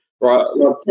right